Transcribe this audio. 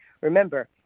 Remember